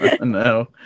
No